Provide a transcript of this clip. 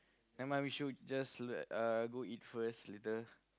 never mind we should just uh go eat first later